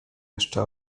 jeszcze